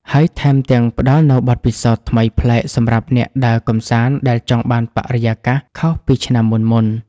ហើយថែមទាំងផ្តល់នូវបទពិសោធន៍ថ្មីប្លែកសម្រាប់អ្នកដើរកម្សាន្តដែលចង់បានបរិយាកាសខុសពីឆ្នាំមុនៗ។